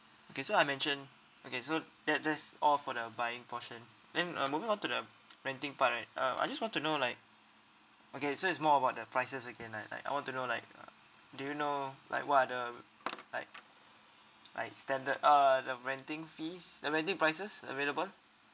okay so I mention okay so that that's all for the buying portion then uh moving on to the renting part right um I just want to know like okay so it's more about the prices again like like I want to know like uh do you know like what are the like like standard uh the renting fees the renting prices available